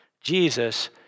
Jesus